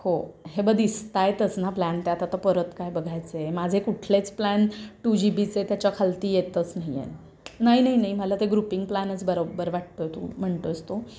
हो बघ दिसत आहेतच ना प्लॅन त्या आता तर परत काय बघायचं आहे माझे कुठलेच प्लॅन टू जी बीचे त्याच्याखालती येतच नाही आहे नाही नाही मला ते ग्रुपिंग प्लॅनच बरोबर वाटतो आहे तू म्हणतो आहेस तो